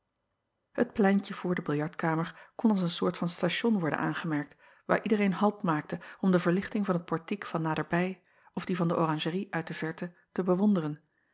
et pleintje voor de biljartkamer kon als een soort van station worden aangemerkt waar iedereen halt maakte om de verlichting van het portiek van naderbij of die van de oranjerie uit de verte te bewonderen